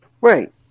Right